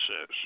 says